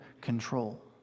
control